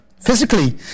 physically